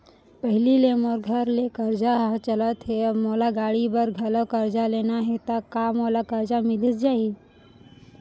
पहिली ले मोर घर के करजा ह चलत हे, अब मोला गाड़ी बर घलव करजा लेना हे ता का मोला करजा मिलिस जाही?